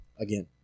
again